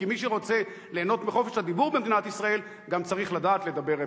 כי מי שרוצה ליהנות מחופש הדיבור במדינת ישראל גם צריך לדעת לדבר אמת.